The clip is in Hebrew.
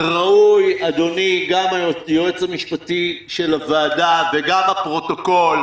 אדוני, גם היועץ המשפטי של הוועדה וגם הפרוטוקול,